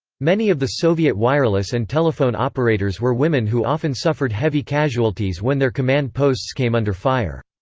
many of the soviet wireless and telephone operators were women who often suffered heavy casualties when their command posts came under fire.